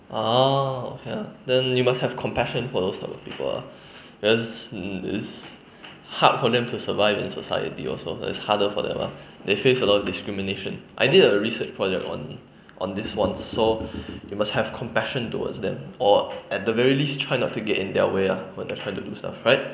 ah okay ah then you must have compassion for those type of people ah because this hard for them to survive in society also it's harder to for them ah they face a lot of discrimination I did a research for them on on this once so you must have compassion towards them or at the very least try not to get in their way ah when they try to do stuff right